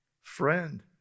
friend